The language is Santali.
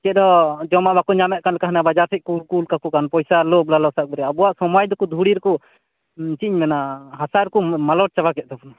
ᱪᱮᱫᱦᱚᱸ ᱡᱚᱢ ᱢᱟ ᱵᱟᱠᱚ ᱧᱟᱢᱮᱫ ᱠᱟᱱ ᱞᱮᱠᱟ ᱦᱟᱱᱟ ᱵᱟᱡᱟᱨ ᱥᱮᱫ ᱠᱚ ᱠᱩᱞ ᱠᱟᱠᱚ ᱠᱟᱱ ᱯᱚᱭᱥᱟ ᱞᱚᱵᱽ ᱞᱟᱞᱚᱥᱟᱵ ᱨᱮ ᱟᱵᱚᱣᱟᱜ ᱥᱚᱢᱟᱡᱽ ᱫᱚᱠᱚ ᱫᱷᱩᱲᱤ ᱨᱮᱠᱚ ᱪᱮᱫ ᱤᱧ ᱢᱮᱱᱟ ᱦᱟᱥᱟ ᱨᱮᱠᱚ ᱢᱟᱞᱚᱴ ᱪᱟᱵᱟ ᱠᱮᱫ ᱛᱟᱵᱚᱱᱟ